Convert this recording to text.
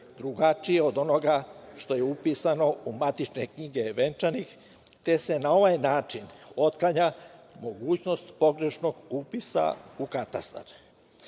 drugačije od onoga što je upisano u matične knjige venčanih, te se na ovaj način otklanja mogućnost pogrešnog upisa u katastar.